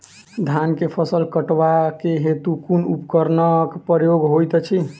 धान केँ फसल कटवा केँ हेतु कुन उपकरणक प्रयोग होइत अछि?